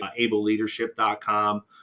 ableleadership.com